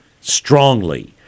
strongly